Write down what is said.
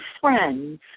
friends